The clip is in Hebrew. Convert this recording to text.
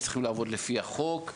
והם צריכים לעבוד לפי החוק.